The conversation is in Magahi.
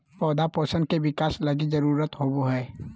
पौधा पोषण के बिकास लगी जरुरत होबो हइ